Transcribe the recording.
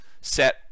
set